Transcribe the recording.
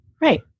Right